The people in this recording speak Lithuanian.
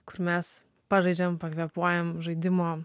kur mes pažaidžiam pakvėpuojam žaidimo